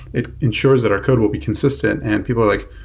it ensures that our code will be consistent. and people were like,